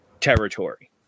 territory